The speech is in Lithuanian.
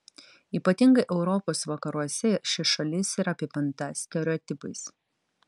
ypatingai europos vakaruose ši šalis yra apipinta stereotipais